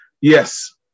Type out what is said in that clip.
yes